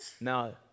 No